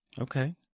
Okay